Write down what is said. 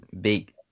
big